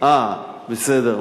אה, בסדר.